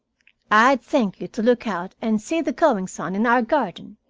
i'd thank you to look out and see the goings-on in our garden,